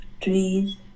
trees